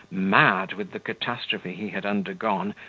mad with the catastrophe he had undergone,